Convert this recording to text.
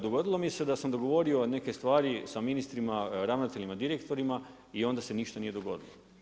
Dogodilo mi se da sam dogovorio neke stvari sa ministrima, ravnateljima, direktorima i onda se ništa nije dogodilo.